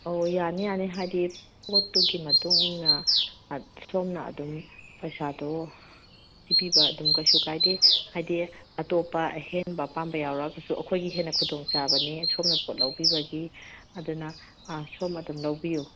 ꯑꯣ ꯌꯥꯅꯤ ꯌꯥꯅꯤ ꯍꯥꯏꯗꯤ ꯄꯣꯠꯇꯨꯒꯤ ꯃꯇꯨꯡꯏꯟꯅ ꯁꯣꯝꯅ ꯑꯗꯨꯝ ꯄꯩꯁꯥꯗꯣ ꯄꯤꯕꯤꯕ ꯑꯗꯨꯝ ꯀꯩꯁꯨ ꯀꯥꯏꯗꯦ ꯍꯥꯏꯗꯤ ꯑꯇꯣꯞꯞ ꯑꯍꯦꯟꯕ ꯑꯄꯥꯝꯕ ꯌꯥꯎꯔꯛꯑꯒꯁꯨ ꯑꯩꯈꯣꯏꯒꯤ ꯍꯦꯟꯅ ꯈꯨꯗꯣꯡꯆꯥꯕꯅꯤ ꯁꯣꯝꯅ ꯄꯣꯠ ꯂꯧꯕꯤꯕꯒꯤ ꯑꯗꯨꯅ ꯁꯣꯝ ꯑꯗꯨꯝ ꯂꯧꯕꯤꯌꯨ